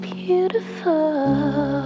beautiful